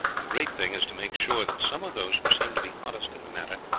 the great thing is to make sure that some of those who seem to be hottest in the matter,